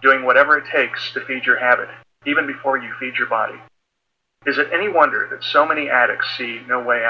doing whatever it takes to feed your habit even before you feed your body is it any wonder that so many addicts see no way